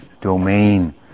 domain